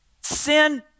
Sin